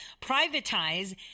Privatize